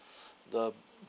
the